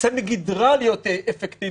תצא מגדרה להיות אפקטיבית,